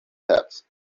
heads